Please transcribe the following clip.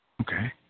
Okay